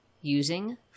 using